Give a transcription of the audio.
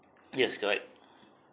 yes correct